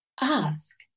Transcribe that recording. Ask